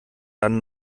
dann